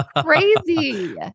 Crazy